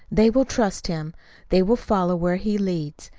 they will trust him they will follow where he leads.